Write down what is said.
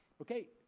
Okay